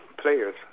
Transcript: players